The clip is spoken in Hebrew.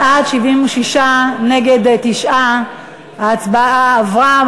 בעד, 76, נגד, 9. ההצעה עברה.